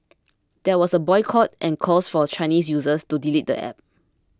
there was a boycott and calls for Chinese users to delete the app